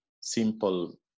simple